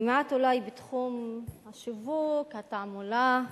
למעט אולי בתחום השיווק, התעמולה,